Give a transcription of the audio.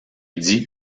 dit